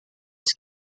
his